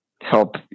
help